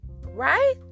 right